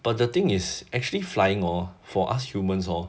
but the thing is actually flying hor for us humans hor